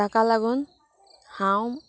तेका लागून हांव